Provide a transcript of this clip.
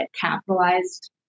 capitalized